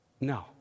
No